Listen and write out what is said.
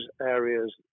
areas